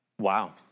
Wow